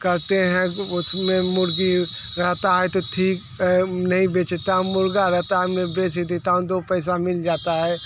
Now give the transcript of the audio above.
करते हैं तो उसमें मुर्गी रहता है तो ठीक नहीं बेचता मुर्गा रहता है मैं बेच देता हूँ दो पैसा मिल जाता है